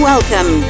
Welcome